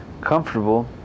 Comfortable